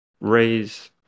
raise